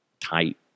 tight